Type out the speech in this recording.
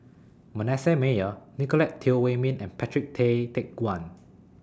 Manasseh Meyer Nicolette Teo Wei Min and Patrick Tay Teck Guan